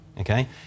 okay